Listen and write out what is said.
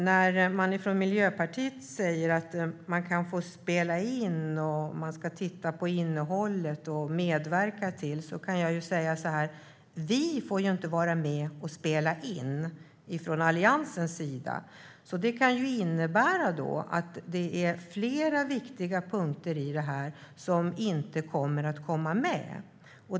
När det från Miljöpartiets sida sägs att man får spela in, att man ska titta på, att man ska medverka till så kan jag säga: Vi från Alliansens sida får inte vara med och spela in. Det kan innebära att flera viktiga punkter inte kommer med.